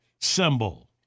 symbol